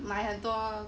买很多